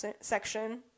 section